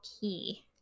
key